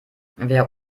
wer